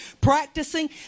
practicing